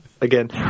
again